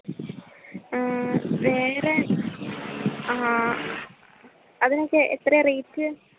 വേറെ അതിനൊക്കെ എത്രയാ റേയ്റ്റ്